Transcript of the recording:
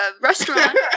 restaurant